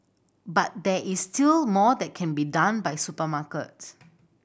but there is still more that can be done by supermarkets